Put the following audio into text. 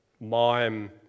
mime